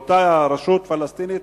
באותה רשות פלסטינית,